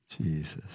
Jesus